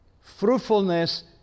Fruitfulness